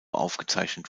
aufgezeichnet